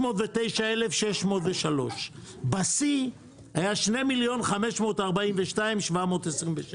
2,309,603 בשיא היה 2,542,726,